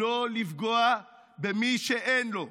לא לפגוע במי שאין לו,